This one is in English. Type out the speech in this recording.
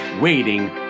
waiting